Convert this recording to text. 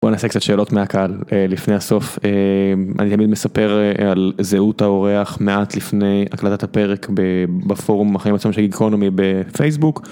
בוא נעשה קצת שאלות מהקהל לפני הסוף. אני תמיד מספר על זהות האורח מעט לפני הקלטת הפרק בפורום החיים עצמם של קיגונומי בפייסבוק.